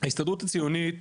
ההסתדרות הציונית